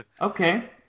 Okay